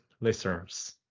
listeners